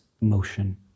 motion